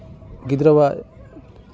ᱜᱤᱫᱽᱨᱟᱹᱣᱟᱜ